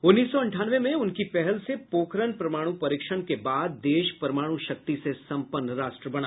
उन्नीस सौ अंठानवे में उनकी पहल से पोखरण परमाणु परीक्षण के बाद देश परमाणु शक्ति से सम्पन्न राष्ट्र बना